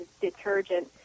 detergent